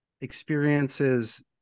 experiences